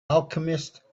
alchemist